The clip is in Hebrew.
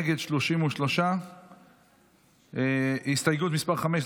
נגד 33. הסתייגות מס' 5,